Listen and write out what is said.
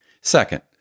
Second